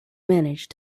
managed